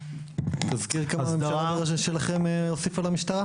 תזכיר כמה הממשלה שלכם הוסיפה לתקציב המשטרה?